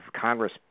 Congress